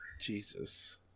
jesus